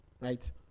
Right